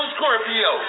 Scorpio